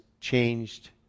changed